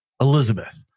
Elizabeth